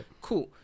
Cool